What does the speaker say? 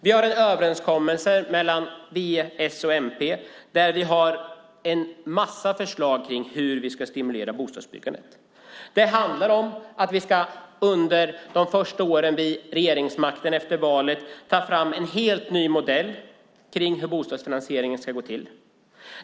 Vi har en överenskommelse mellan v, s och mp där vi har en massa förslag kring hur bostadsbyggandet ska stimuleras. Det handlar om att vi under de första åren vid regeringsmakten efter valet ska ta fram en helt ny modell kring hur bostadsfinansieringen ska gå till.